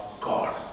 God